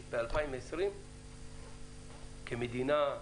וב-2020, אנחנו כמדינה...